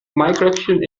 maiglöckchen